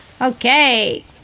Okay